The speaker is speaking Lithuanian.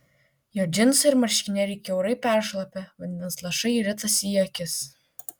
jo džinsai ir marškinėliai kiaurai peršlapę vandens lašai ritasi į akis